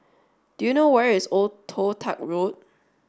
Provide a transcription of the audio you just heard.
do you know where is Old Toh Tuck Road